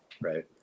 right